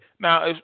Now